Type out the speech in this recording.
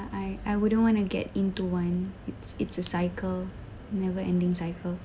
I I wouldn't want to get into one it's it's a cycle never ending cycle